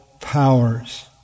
powers